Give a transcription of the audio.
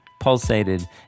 pulsated